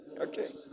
okay